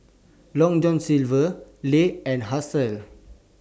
Long John Silver Lays and Herschel